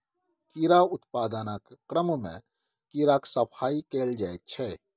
कीड़ा उत्पादनक क्रममे कीड़ाक सफाई कएल जाइत छै